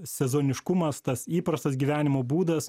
sezoniškumas tas įprastas gyvenimo būdas